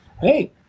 hey